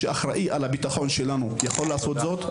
שאחראי על הביטחון שלנו יכול לעשות זאת?